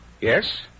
Yes